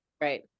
Right